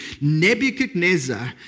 Nebuchadnezzar